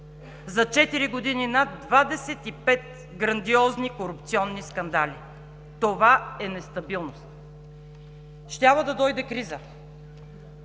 години над 25 грандиозни корупционни скандала. Това е нестабилност! Щяло да дойде криза.